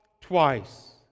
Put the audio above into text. twice